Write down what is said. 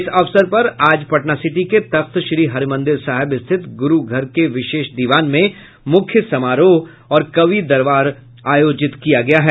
इस अवसर पर आज पटनासिटी के तख्तश्री हरिमंदिर साहिब स्थित ग्रू घर के विशेष दीवान में मूख्य समारोह और कवि दरबार आयोजित किया गया है